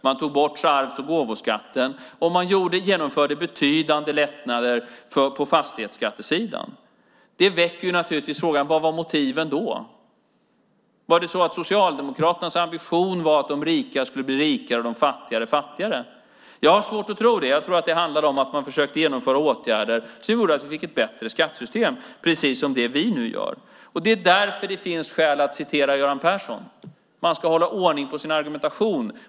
Man tog bort arvs och gåvoskatten, och man genomförde betydande lättnader på fastighetsskattesidan. Det väcker naturligtvis frågan: Vad var motiven då? Var Socialdemokraternas ambition att de rika skulle bli rikare och de fattiga skulle bli fattigare? Jag har svårt att tro det. Jag tror att det handlade om att man försökte genomföra åtgärder som gjorde att vi fick ett bättre skattesystem på samma sätt som vi nu gör. Det är därför det finns skäl att citera Göran Persson. Man ska hålla ordning på sin argumentation.